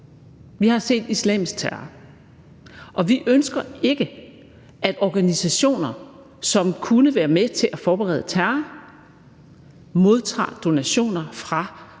Vi har set islamisk terror, og vi ønsker ikke, at organisationer, som kunne være med til at forberede terror, modtager donationer fra ekstreme